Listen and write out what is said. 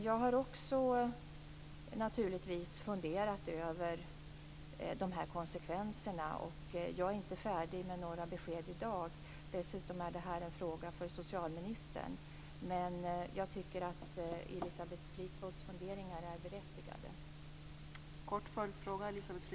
Jag har naturligtvis också funderat över dessa konsekvenser. Jag är inte färdig med några besked i dag. Dessutom är detta en fråga för socialministern. Men jag tycker att Elisabeth Fleetwoods funderingar är berättigade.